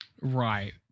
Right